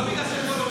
לא בגלל,